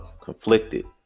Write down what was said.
Conflicted